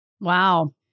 Wow